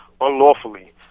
unlawfully